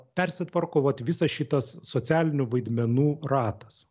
persitvarko vat visas šitas socialinių vaidmenų ratas